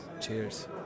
Cheers